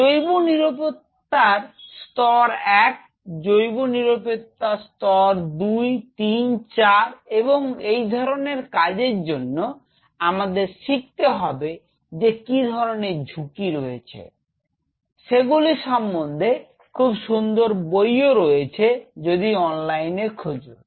জৈব নিরাপত্তার স্তর এক জৈব নিরাপত্তা স্তর 2 34 এবং এই ধরনের কাজের জন্য আমাদের শিখতে হবে যে কি ধরনের ঝুঁকি রয়েছে সেগুলি সম্বন্ধে খুব সুন্দর বই ও রয়েছে যদি অনলাইনে খোঁজো